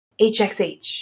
HXH